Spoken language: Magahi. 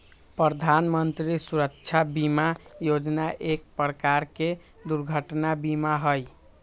प्रधान मंत्री सुरक्षा बीमा योजना एक प्रकार के दुर्घटना बीमा हई